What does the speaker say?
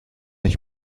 ich